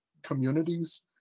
Communities